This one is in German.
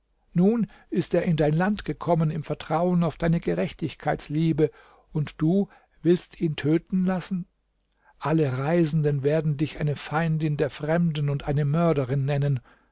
nun ist er in dein land gekommen im vertrauen auf deine gerechtigkeitsliebe und du willst ihn töten lassen alle reisenden werden dich eine feindin der fremden und eine mörderin nennen